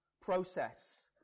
process